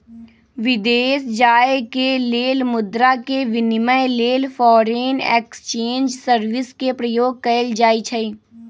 विदेश जाय के लेल मुद्रा के विनिमय लेल फॉरेन एक्सचेंज सर्विस के प्रयोग कएल जाइ छइ